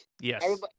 Yes